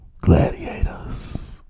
gladiators